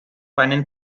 einen